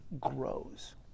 grows